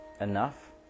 enough